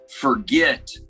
forget